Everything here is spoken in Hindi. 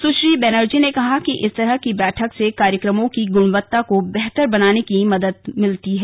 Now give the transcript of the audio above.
सुश्री बनर्जी ने कहा इस तरह की बैठक से कार्यक्रमों की गुणवत्ता को बेहतर बनाने में मदद मिलती है